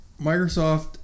Microsoft